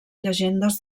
llegendes